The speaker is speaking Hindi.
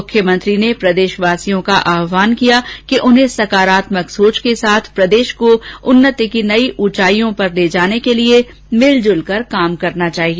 मुख्यमंत्री ने प्रदेशवासियों का आहवान किया कि उन्हें सकारात्मक सोच के साथ प्रदेश को उन्नति की नई ऊंचाईयों पर ले जाने के लिए मिलजुल कर काम करना चाहिए